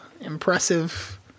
impressive